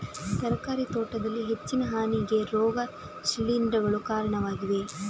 ತರಕಾರಿ ತೋಟದಲ್ಲಿ ಹೆಚ್ಚಿನ ಹಾನಿಗೆ ರೋಗ ಶಿಲೀಂಧ್ರಗಳು ಕಾರಣವಾಗಿವೆ